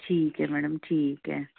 ਠੀਕ ਹੈ ਮੈਡਮ ਠੀਕ ਹੈ